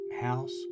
house